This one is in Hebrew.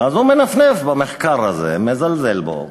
הוא מנפנף במחקר הזה, מזלזל בו,